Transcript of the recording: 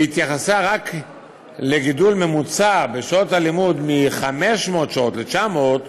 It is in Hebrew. והיא התייחסה רק לגידול המוצע במספר שעות הלימוד מ-500 שעות ל-900,